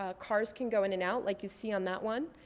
ah cars can go in and out like you see on that one.